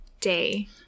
day